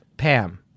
Pam